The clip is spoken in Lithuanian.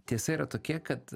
tiesa yra tokia kad